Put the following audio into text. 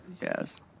Yes